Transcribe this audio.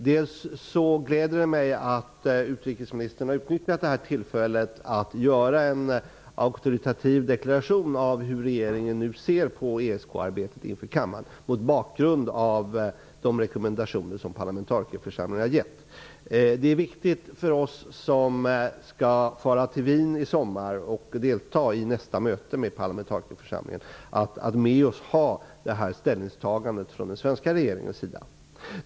Det gläder mig att utrikesminstern har utnyttjat detta tillfälle att inför kammaren göra en auktoritativ deklaration av hur regeringen nu ser på ESK-arbetet, mot bakgrund av de rekommendationer som parlamentarikerförsamlingen har gett. Det är viktigt för oss som skall fara till Wien i sommar och delta i nästa möte med parlamentarikerförsamlingen att ha med oss detta ställningstagande från den svenska regeringen.